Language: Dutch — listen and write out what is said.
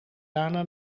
daarna